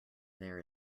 there